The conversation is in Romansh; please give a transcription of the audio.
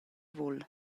vul